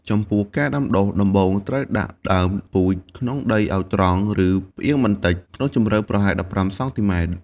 ចំពោះការដាំដុះ ដំបូងត្រូវដាក់ដើមពូជក្នុងដីឲ្យត្រង់ ឬផ្អៀងបន្តិច ក្នុងជម្រៅប្រហែល ១៥ សង់ទីម៉ែត្រ។